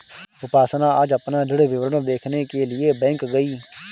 उपासना आज अपना ऋण विवरण देखने के लिए बैंक गई